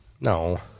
No